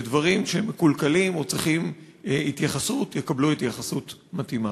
ודברים שהם מקולקלים או צריכים התייחסות יקבלו התייחסות מתאימה.